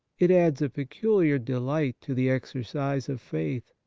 it adds a peculiar delight to the exercise of faith.